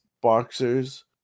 boxers